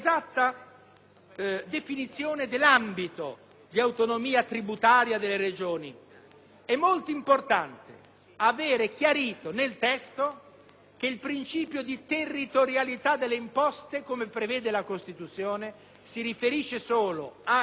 definizione dell'ambito di autonomia tributaria delle Regioni. È molto importante avere chiarito nel testo che il principio di territorialità delle imposte, come prevede la Costituzione, si riferisce solo ai tributi